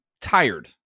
tired